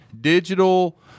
digital